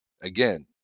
again